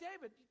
David